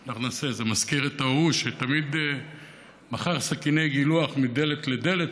זה מזכיר את ההוא שתמיד מכר סכיני גילוח מדלת לדלת,